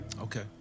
Okay